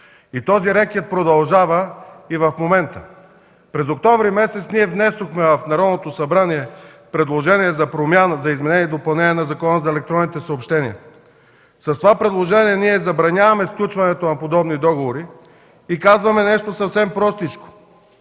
Този рекет продължава и в момента. През октомври месец внесохме в Народното събрание предложение за изменение и допълнение на Закона за електронните съобщения. С това предложение забраняваме сключването на подобни договори и казваме нещо съвсем простичко: